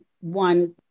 one